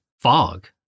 fog